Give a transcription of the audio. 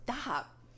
Stop